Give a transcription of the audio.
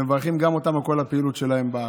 מברכים אותם על כל הפעילות שלהם בארץ.